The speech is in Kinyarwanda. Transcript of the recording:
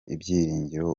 ibyiringiro